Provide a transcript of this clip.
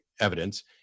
evidence